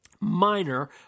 minor